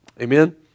Amen